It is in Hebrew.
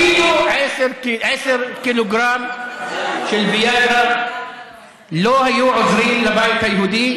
אפילו עשרה קילוגרם של ויאגרה לא היו עוזרים לבית היהודי